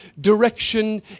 direction